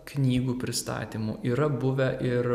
knygų pristatymų yra buvę ir